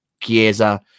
Chiesa